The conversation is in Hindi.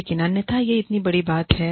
लेकिन अन्यथा यह इतनी बड़ी बात है